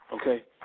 okay